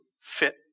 fit